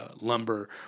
lumber